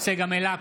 צגה מלקו,